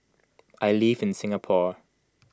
I live in Singapore